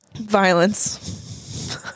Violence